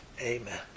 Amen